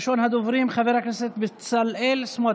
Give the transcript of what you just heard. ראשון הדוברים, חבר הכנסת בצלאל סמוטריץ'.